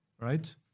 right